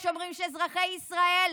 שאומרים שאזרחי ישראל,